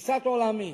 שתפיסת עולמי,